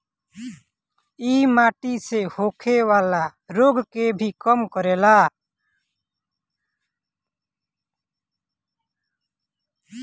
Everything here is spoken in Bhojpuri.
इ माटी से होखेवाला रोग के भी कम करेला